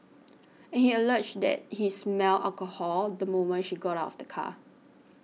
and he alleged that he smelled alcohol the moment she got out of the car